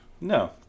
No